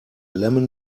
lemon